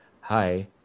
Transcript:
hi